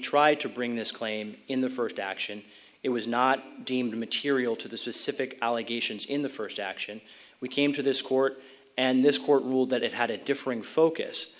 tried to bring this claim in the first action it was not deemed material to the specific allegations in the first action we came to this court and this court ruled that it had a differing focus